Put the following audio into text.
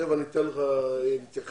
תיכף אתן לך להתייחס.